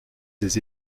des